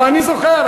אבל אני זוכר,